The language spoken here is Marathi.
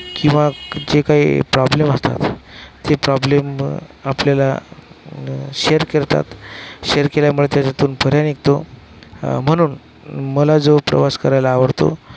किंवा जे काही प्रॉब्लेम असतात ते प्रॉब्लेम आपल्याला शेयर करतात शेयर केल्यामुळे त्याच्यातून पर्याय निघतो म्हणून मला जो प्रवास करायला आवडतो